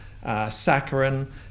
saccharin